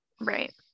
Right